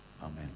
Amen